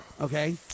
okay